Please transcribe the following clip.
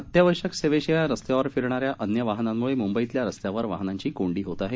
अत्यावश्यक सेवेशिवाय रस्त्यावर फिरणाऱ्या अन्य वाहनांमुळे मुंबईतल्या रस्त्यावर वाहनांची कोंडी होत आहे